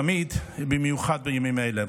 תמיד, ובמיוחד בימים אלה.